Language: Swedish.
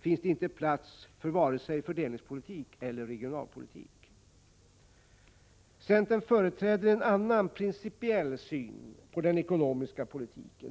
finns det inte plats för vare sig fördelningspolitik eller regionalpolitik. Centern företräder en annan principiell syn på den ekonomiska politiken.